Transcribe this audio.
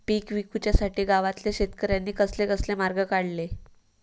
पीक विकुच्यासाठी गावातल्या शेतकऱ्यांनी कसले कसले मार्ग काढले?